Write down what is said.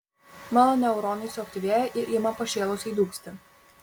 mano neuronai suaktyvėja ir ima pašėlusiai dūgzti